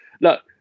look